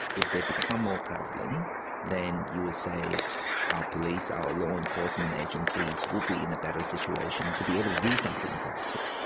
if they become more prevalent and then you would say our police, our law enforcement agencies, would be in a better situation to be able to do something about it.